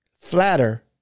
flatter